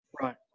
Right